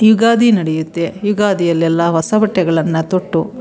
ಯುಗಾದಿ ನಡೆಯುತ್ತೆ ಯುಗಾದಿಯಲ್ಲೆಲ್ಲ ಹೊಸ ಬಟ್ಟೆಗಳನ್ನು ತೊಟ್ಟು